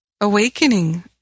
awakening